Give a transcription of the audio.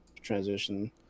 transition